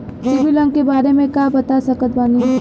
CIBIL अंक के बारे मे का आप बता सकत बानी?